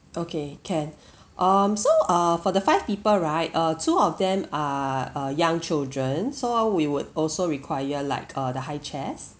okay can um so uh for the five people right uh two of them are uh young children so ah we would also require like uh the high chairs